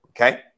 okay